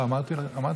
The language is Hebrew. לא, אמרתי חמד.